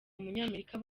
umunyamerika